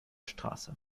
straße